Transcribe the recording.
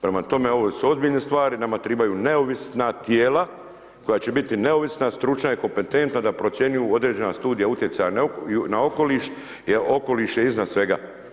Prema tome ovo su ozbiljne stvari, nama trebaju neovisna tijela koja će biti neovisna, stručna i kompetentna da procjenjuju određena studije utjecaja na okoliš jer okoliš je iznad svega.